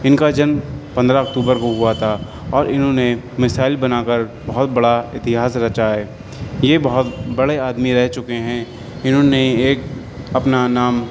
ان کا جنم پندرہ اکتوبر کو ہوا تھا اور انہوں نے میسائل بنا کر بہت بڑا اتہاس رچا ہے یہ بہت بڑے آدمی رہ چکے ہیں انہوں نے ایک اپنا نام